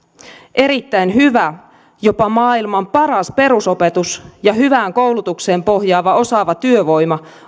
erittäin hyvä jopa maailman paras perusopetus ja hyvään koulutukseen pohjaava osaava työvoima